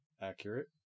accurate